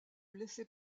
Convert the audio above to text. laissait